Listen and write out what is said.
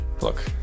Look